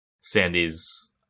Sandy's